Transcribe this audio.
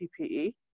PPE